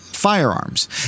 firearms